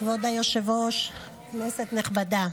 כבוד היושב-ראש, כנסת נכבדה,